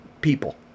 people